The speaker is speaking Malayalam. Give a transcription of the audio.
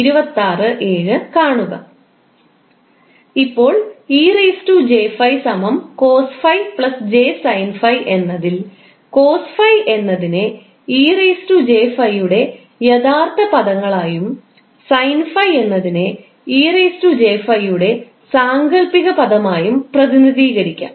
ഇപ്പോൾ 𝑒 𝑗∅ cos ∅ 𝑗 sin ∅ എന്നതിൽ cos ∅ എന്നതിനെ 𝑒 𝑗∅ യുടെ യഥാർത്ഥ പദങ്ങങ്ങളായും sin ∅ എന്നതിനെ 𝑒 𝑗∅ യുടെ സാങ്കൽപ്പിക പദമായും പ്രതിനിധീകരിക്കാം